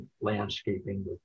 landscaping